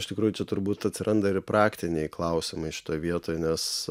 iš tikrųjų turbūt atsiranda ir praktiniai klausimai šitoj vietoj nes